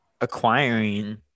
acquiring